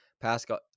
Pascal